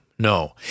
No